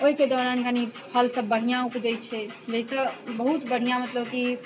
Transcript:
ओहिके दौरान कनी फल सब बढ़िआँ ऊपजैत छै जाहिसँ बहुत बढ़िआँ मतलब कि